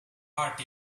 heart